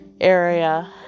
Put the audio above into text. area